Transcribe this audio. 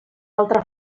altra